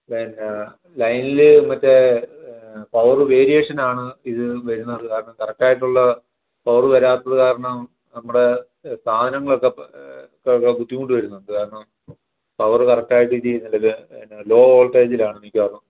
പിന്നെ ലൈനില് മറ്റേ പവറ് വേരിയേഷൻ ആണ് ഇത് വരുന്നത് കാരണം കറക്ട് ആയിട്ടുള്ള പവറ് വരാത്തതു കാരണം നമ്മുടെ സാധങ്ങളൊക്കെ ബുദ്ധിമുട്ട് വരുന്നുണ്ട് കാരണം പവറ് കറക്ട് ആയിട്ട് ചെയ്യുന്നില്ല പിന്നെ ലോ വോൾട്ടേജിലാണ് മിക്കവാറും